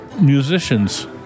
Musicians